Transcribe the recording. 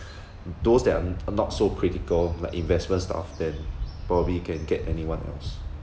those that are not so critical like investment stuff then probably can get anyone else